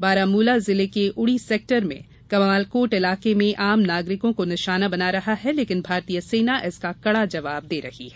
बारामुला जिले के उड़ी सेक्टर में कमालकोट इलाके में आम नागरिकों को निशाना बना रहा है लेकिन भारतीय सेना इसका कड़ा जवाब दे रही है